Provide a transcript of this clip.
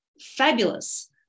fabulous